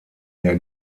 der